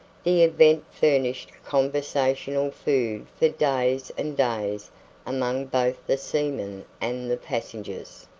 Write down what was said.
the event furnished conversational food for days and days among both the seamen and the passengers.